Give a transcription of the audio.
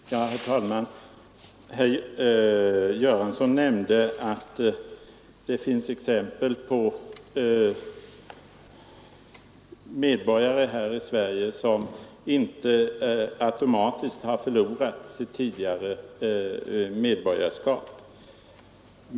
Herr talman! Herr Göransson nämnde att det finns exempel på medborgare här i Sverige som inte automatiskt har förlorat sitt tidigare medborgarskap.